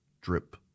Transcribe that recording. drip